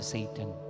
Satan